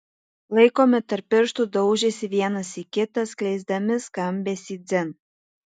laikomi tarp pirštų daužėsi vienas į kitą skleisdami skambesį dzin